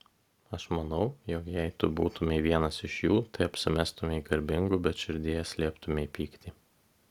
aš manau jog jei tu būtumei vienas iš jų tai apsimestumei garbingu bet širdyje slėptumei pyktį